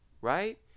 right